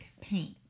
paint